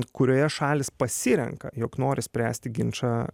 kurioje šalys pasirenka jog nori spręsti ginčą